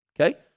Okay